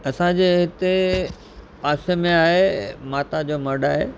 असांजे हिते पासे में आहे माता जो मड आहे